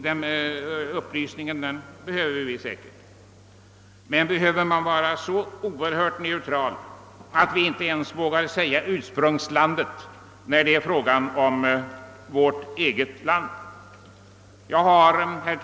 Men behöver det vara så neutralt att vi inte skall ange ursprungslandet för en vara när den kommer från vårt eget land? Herr talman!